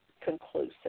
conclusive